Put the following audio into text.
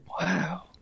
Wow